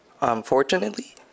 unfortunately